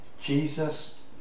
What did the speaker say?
Jesus